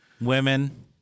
women